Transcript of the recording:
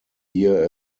year